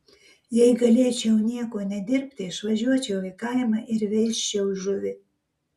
jei galėčiau nieko nedirbti išvažiuočiau į kaimą ir veisčiau žuvį